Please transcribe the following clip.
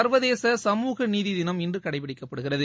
ச்வதேச சமூக நீதி தினம் இன்று கடைபிடிக்கப்படுகிறது